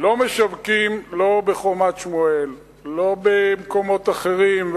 לא משווקים, לא בחומת-שמואל, לא במקומות אחרים.